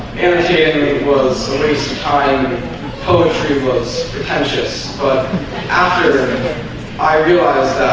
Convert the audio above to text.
imitative was wasted time poetry was pretentious, but after i realized